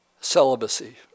celibacy